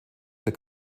für